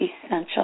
essential